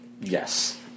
Yes